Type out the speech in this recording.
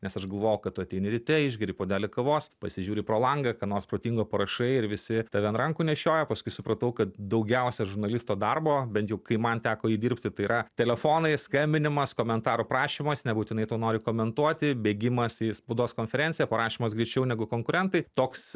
nes aš galvojau kad tu ateini ryte išgeri puodelį kavos pasižiūri pro langą ką nors protingo parašai ir visi tave ant rankų nešioja paskui supratau kad daugiausia žurnalisto darbo bent jau kai man teko jį dirbti tai yra telefonai skambinimas komentarų prašymas nebūtinai to nori komentuoti bėgimas į spaudos konferenciją parašymas greičiau negu konkurentai toks